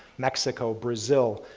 mexico, brazil,